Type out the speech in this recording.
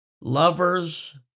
Lovers